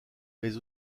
mais